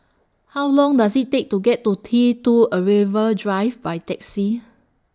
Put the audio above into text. How Long Does IT Take to get to T two Arrival Drive By Taxi